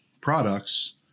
products